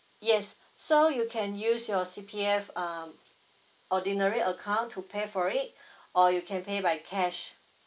yes so you can use your C_P_F um ordinary account to pay for it or you can pay by cash